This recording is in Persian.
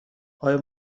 آیا